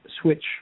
switch